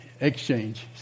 exchange